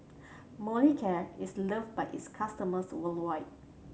Molicare is loved by its customers worldwide